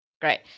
Great